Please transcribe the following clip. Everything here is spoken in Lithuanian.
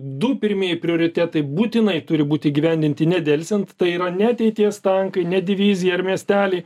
du pirmieji prioritetai būtinai turi būti įgyvendinti nedelsiant tai yra ne ateities tankai ne divizija ar miesteliai